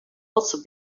also